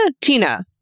tina